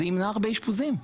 זה ימנע הרבה אשפוזים.